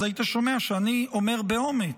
אז היית שומע שאני אומר באומץ,